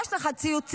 יש לך ציוצים.